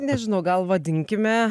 nežinau gal vadinkime